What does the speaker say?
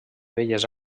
belles